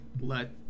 let